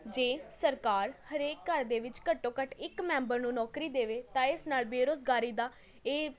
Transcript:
ਜੇ ਸਰਕਾਰ ਹਰੇਕ ਘਰ ਦੇ ਵਿੱਚ ਘੱਟੋ ਘੱਟ ਇੱਕ ਮੈਂਬਰ ਨੂੰ ਨੌਕਰੀ ਦੇਵੇ ਤਾਂ ਇਸ ਨਾਲ ਬੇਰੁਜ਼ਗਾਰੀ ਦਾ ਇਹ